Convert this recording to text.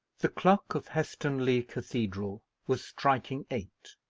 the clock of helstonleigh cathedral was striking eight,